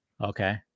Okay